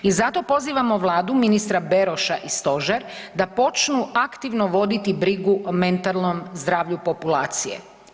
I zato pozivamo Vladu, ministra Beroša i Stožer da počnu aktivno voditi brigu o mentalnom zdravlju populacije.